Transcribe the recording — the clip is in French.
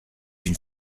une